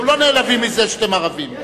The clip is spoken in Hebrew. אתם לא נעלבים מזה שאתם ערבים.